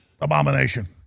abomination